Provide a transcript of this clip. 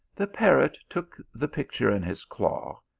the parrot took the picture in his claw,